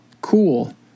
cool